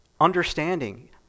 understanding